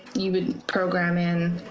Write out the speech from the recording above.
you would program in,